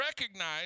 recognize